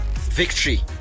victory